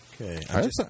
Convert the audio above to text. Okay